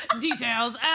Details